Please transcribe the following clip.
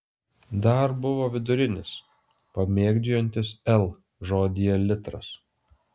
dar buvo vidurinis pamėgdžiojantis l žodyje litras